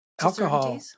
Alcohol